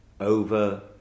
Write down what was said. over